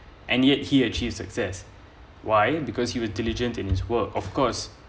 and yet he achieve success why because he was diligent in his work of course